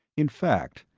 in fact,